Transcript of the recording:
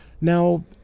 Now